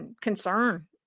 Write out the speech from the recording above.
concern